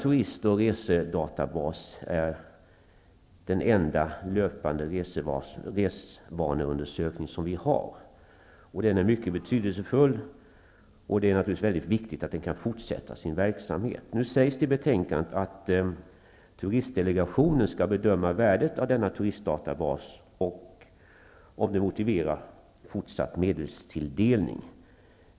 Turist och resedatabasen är den enda löpande resvaneundersökning som vi har. Den är mycket betydelsefull, och det är naturligtvis mycket viktigt att den kan fortsätta sin verksamhet. Nu sägs det i betänkandet att Turistdelegationen skall bedöma värdet av denna turistdatabas och om det motiverar fortsatt medelstilldelning.